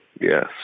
yes